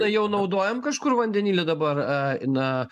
tai jau naudojam kažkur vandenilį dabar e na